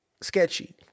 sketchy